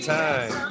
time